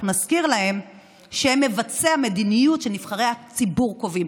נזכיר לכם שהם מבצעי המדיניות שנבחרי הציבור קובעים,